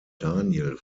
daniel